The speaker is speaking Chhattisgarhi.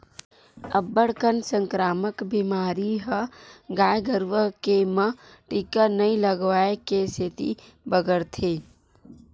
अब्बड़ कन संकरामक बेमारी ह गाय गरुवा के म टीका नइ लगवाए के सेती बगरथे